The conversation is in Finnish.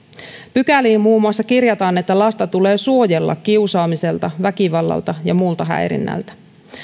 pykäliin muun muassa kirjataan että lasta tulee suojella kiusaamiselta väkivallalta ja muulta häirinnältä